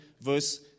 verse